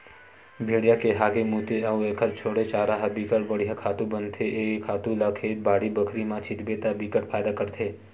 भेड़िया के हागे, मूते अउ एखर छोड़े चारा ह बिकट बड़िहा खातू बनथे ए खातू ल खेत, बाड़ी बखरी म छितबे त बिकट फायदा करथे